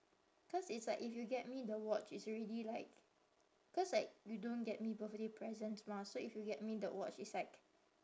cause it's like if you get me the watch it's already like cause like you don't get me birthday presents mah so if you get me the watch it's like